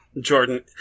Jordan